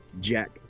jack